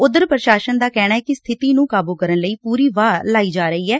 ਉਧਰ ਪ੍ਸ਼ਾਸਨ ਦਾ ਕਹਿਣੈ ਕਿ ਸਬਿਤੀ ਨੁੰ ਕਾਬੁ ਕਰਨ ਲਈ ਪੁਰੀ ਵਾਹ ਲਾਈ ਜਾ ਰਹੀ ਐ